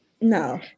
no